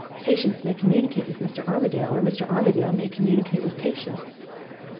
patients may communicate with mr. armadale, or mr. armadale may communicate with patients.